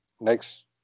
next